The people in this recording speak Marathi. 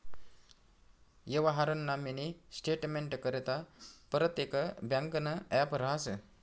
यवहारना मिनी स्टेटमेंटकरता परतेक ब्यांकनं ॲप रहास